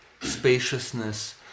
spaciousness